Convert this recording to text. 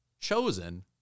chosen